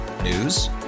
News